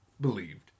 believed